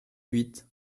huit